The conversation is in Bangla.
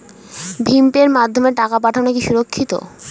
ভিম পের মাধ্যমে টাকা পাঠানো কি সুরক্ষিত?